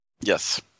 Yes